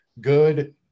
good